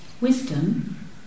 wisdom